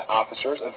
officers